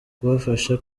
kubafasha